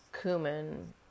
cumin